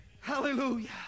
Hallelujah